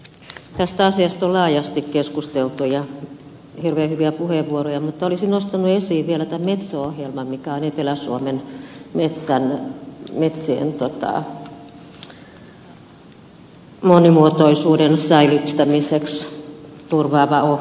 tästä asiasta on laajasti keskusteltu ja hirveän hyviä puheenvuoroja on ollut mutta olisin nostanut esiin vielä tämän metso ohjelman mikä on ohjelma etelä suomen metsien monimuotoisuuden säilyttämiseksi